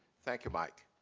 thank you, mike.